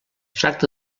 tracta